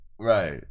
Right